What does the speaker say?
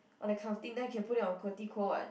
on the then I can put it on [what]